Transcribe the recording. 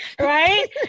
Right